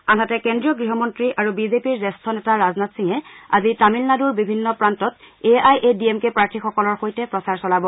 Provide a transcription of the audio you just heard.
আনহাতে কেন্দ্ৰীয় গৃহমন্ত্ৰী আৰু বিজেপিৰ জ্যেষ্ঠ নেতা ৰাজনাথ সিঙে আজি তামিলনাডুৰ বিভিন্ন প্ৰান্তত A I A D M K প্ৰাৰ্থীসকলৰ সৈতে প্ৰচাৰ চলাব